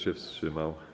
się wstrzymał?